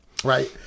Right